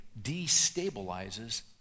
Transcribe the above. destabilizes